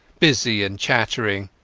busy and chattering,